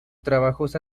trabajos